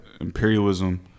imperialism